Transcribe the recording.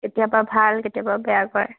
কেতিয়াবা ভাল কেতিয়াবা বেয়া কৰে